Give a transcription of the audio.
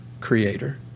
Creator